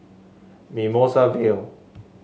Mimosa Vale